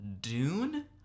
Dune